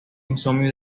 insomnio